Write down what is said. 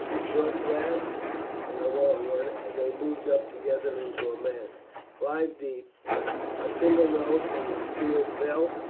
a short blast and a long one, and they moved up together into a mass five deep a single note, and the spears fell,